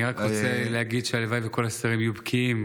אני רק רוצה להגיד שהלוואי שכל השרים יהיו בקיאים